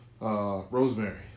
Rosemary